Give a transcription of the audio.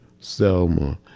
Selma